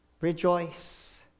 rejoice